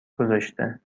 گذاشته